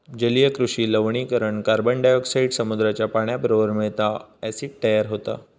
जलीय कृषि लवणीकरण कार्बनडायॉक्साईड समुद्राच्या पाण्याबरोबर मिळता, ॲसिड तयार होता